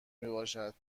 میباشد